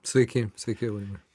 sveiki sveiki aurimai